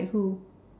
like who